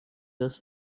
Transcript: this